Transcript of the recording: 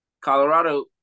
Colorado